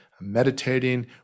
meditating